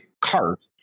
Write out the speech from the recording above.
cart